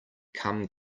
come